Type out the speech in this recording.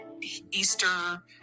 easter